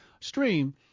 stream